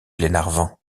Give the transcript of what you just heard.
glenarvan